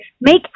make